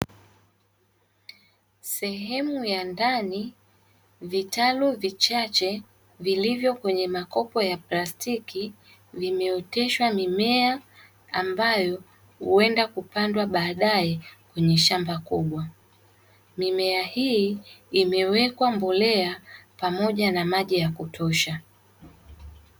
Sehemu ya ndani, vitalu vichache vilivyo kwenye makopo ya plastiki, vimeoteshwa mimea ambayo huenda kupandwa baadaye kwenye shamba kubwa. Mimea hii imewekwa mbolea pamoja na maji ya kutosha.